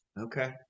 Okay